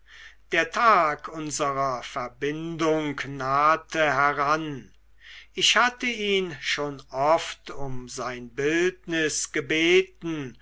der tag unserer verbindung nahte heran ich hatte ihn schon oft um sein bildnis gebeten